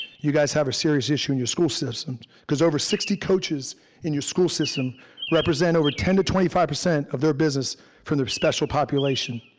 you guys have a serious issue in your school systems cause over sixty coaches in your school system represent over ten to twenty five percent of their business from their special population.